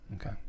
Okay